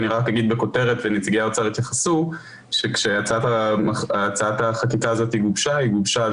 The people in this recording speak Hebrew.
אבל רק אגיד בכותרת שכשהצעת החקיקה הזו גובשה היא גובשה על